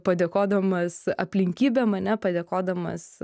padėkodamas aplinkybėm ane padėkodamas